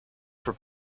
for